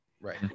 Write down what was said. Right